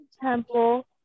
temple